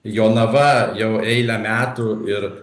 jonava jau eilę metų ir